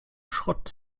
schrott